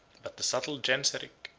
but the subtle genseric,